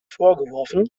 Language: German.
vorgeworfen